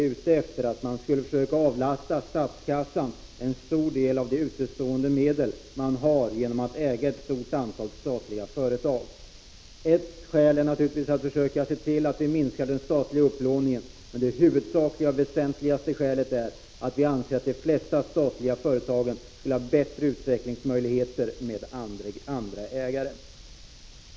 Herr talman! Lilly Hansson nämnde en planmässig försäljning av statliga företag. Det är riktigt att vi är ute efter att försöka avlasta statskassan en stor del av de medel man har utestående genom att man äger ett stort antal statliga företag. Ett skäl är naturligtvis att vi måste försöka se till att minska den statliga upplåningen. Men det huvudsakliga och mest väsentliga skälet är att vi anser att de flesta statliga företagen skulle ha bättre utvecklingsmöjligheter med andra ägare.